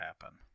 happen